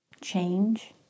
Change